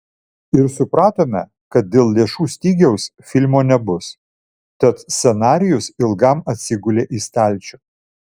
ir supratome kad dėl lėšų stygiaus filmo nebus tad scenarijus ilgam atsigulė į stalčių